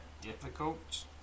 difficult